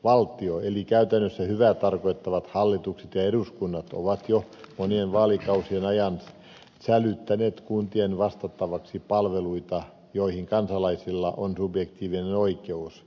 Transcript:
valtio eli käytännössä hyvää tarkoittavat hallitukset ja eduskunnat on jo monien vaalikausien ajan sälyttänyt kuntien vastattavaksi palveluita joihin kansalaisilla on subjektiivinen oikeus